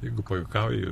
jeigu pajuokauji